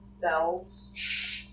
bells